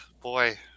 boy